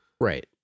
right